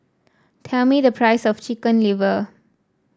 tell me the price of Chicken Liver